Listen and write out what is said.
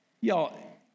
Y'all